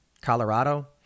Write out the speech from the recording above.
Colorado